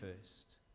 first